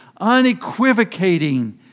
unequivocating